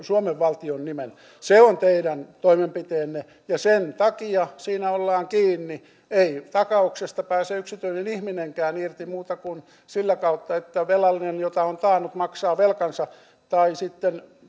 suomen valtion nimeä se on teidän toimenpiteenne ja sen takia siinä ollaan kiinni ei takauksesta pääse yksityinen ihminenkään irti muuta kuin sitä kautta että velallinen jota on taannut maksaa velkansa tai sitten